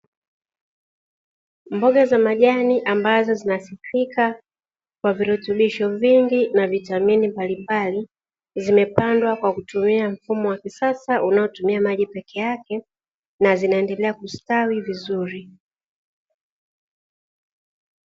Mboga za majani ambazo zinasifika kuwa na virutubisho vingi na vitamini mbalimbali, zimepandwa kwa kutumia mfumo wa kisasa zaidi unaotumia maji peke yake na zinaendelea kustawi vizuri.